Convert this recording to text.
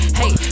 hey